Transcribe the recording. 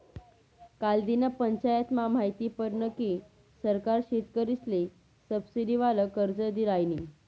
कालदिन पंचायतमा माहिती पडनं की सरकार शेतकरीसले सबसिडीवालं कर्ज दी रायनी